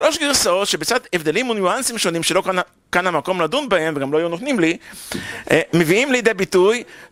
3 גרסאות שבצד הבדלים וניואנסים שונים שלא כאן המקום לדון בהם, וגם לא היו נותנים לי, מביאים לידי ביטוי